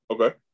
Okay